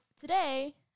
today